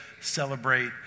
celebrate